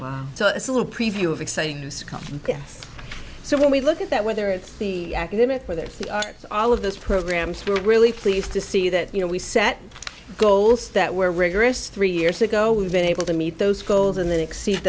so it's a little preview of exciting so when we look at that whether it's the academic whether it's the arts all of those programs were really pleased to see that you know we set goals that were rigorous three years ago we've been able to meet those goals and then exceed